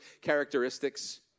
characteristics